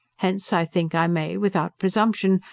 hence i think i may, without presumption,